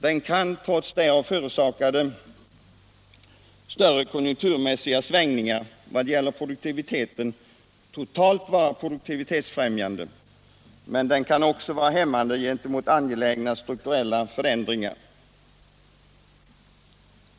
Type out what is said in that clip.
Den kan, trots därav förorsakade större konjunkturmässiga svängningar vad gäller produktivi teten, totalt vara produktivitetsfrämjande men den kan också vara hämmande gentemot angelägna strukturella förändringar.